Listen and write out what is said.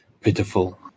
Pitiful